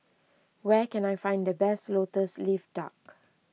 where can I find the best Lotus Leaf Duck